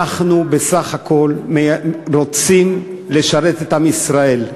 אנחנו בסך הכול רוצים לשרת את עם ישראל.